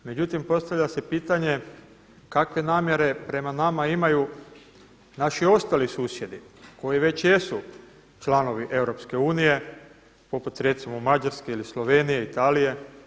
Međutim postavlja se pitanje kakve namjere prema nama imaju naši ostali susjedi koji već jesu članovi EU, poput recimo Mađarske ili Slovenije, Italije.